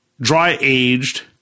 dry-aged